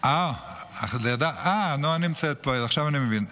נעה נמצאת פה, עכשיו אני מבין.